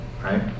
right